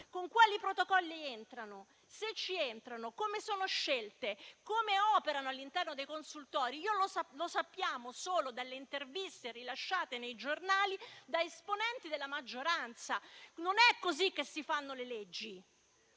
con quali protocolli entrano (se ci entrano), come sono scelte e come operano all'interno dei consultori lo sappiamo solo dalle interviste rilasciate sui giornali da esponenti della maggioranza. Non è così che si fanno le leggi.